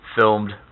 filmed